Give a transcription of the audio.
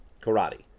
karate